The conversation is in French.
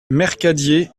mercadier